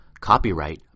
copyright